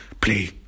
play